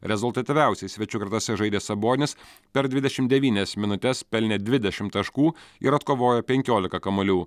rezultatyviausiai svečių gretose žaidė sabonis per dvidešimt devynias minutes pelnė dvidešimt taškų ir atkovojo penkiolika kamuolių